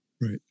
Right